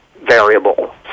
variable